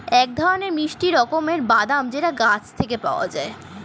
এক ধরনের মিষ্টি রকমের বাদাম যেটা গাছ থেকে পাওয়া যায়